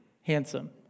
handsome